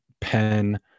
pen